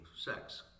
sex